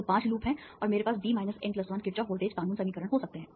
तो 5 लूप हैं और मेरे पास B N 1 किरचॉफ वोल्टेज कानून समीकरण हो सकते हैं